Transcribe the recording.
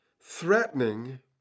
threatening